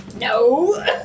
No